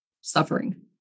suffering